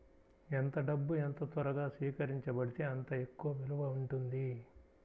ఎంత డబ్బు ఎంత త్వరగా స్వీకరించబడితే అంత ఎక్కువ విలువ ఉంటుంది